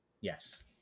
yes